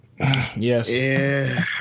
Yes